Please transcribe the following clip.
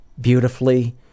beautifully